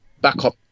backup